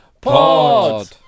Pod